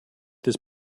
this